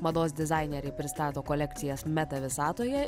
mados dizaineriai pristato kolekcijas metavistoje